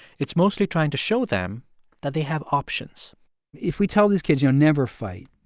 it's mostly trying to show them that they have options if we tell these kids, you'll never fight,